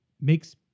makes